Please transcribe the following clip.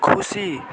खुसी